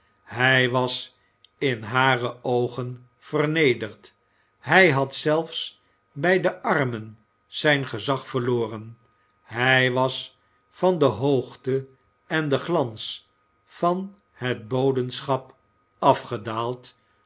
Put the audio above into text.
hij was in hare oogen vernederd hij had zelfs bij de armen zijn gezag verloren hij was van de hoogte en den glans van het bodeschap afgedaald